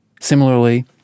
Similarly